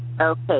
Okay